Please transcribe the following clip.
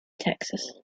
texas